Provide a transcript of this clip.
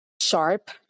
sharp